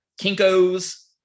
Kinko's